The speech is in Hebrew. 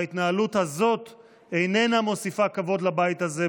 וההתנהלות הזאת אינה מוסיפה כבוד לבית הזה,